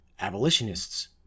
abolitionists